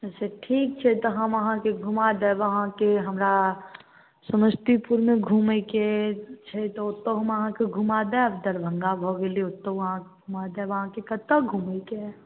अच्छा ठीक छै तऽ हम अहाँकेँ घुमा देब अहाँके हमरा समस्तीपुरमे घुमयके छै तऽ ओत्तऽ हम अहाँकेँ घुमा देब दरभङ्गा भऽ गेलै ओत्तहुँ अहाँकेँ घुमा देब अहाँके कत्तऽ घुमयके अइ